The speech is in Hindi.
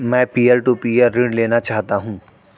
मैं पीयर टू पीयर ऋण लेना चाहता हूँ